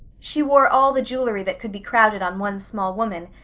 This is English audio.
she wore all the jewelry that could be crowded on one small woman,